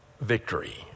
victory